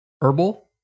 herbal